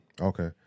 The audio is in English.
Okay